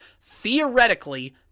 Theoretically